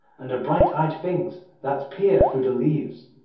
and the bright-eyed things that peer through the leaves.